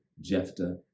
jephthah